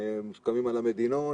אנחנו רוצים להציג את הפתרונות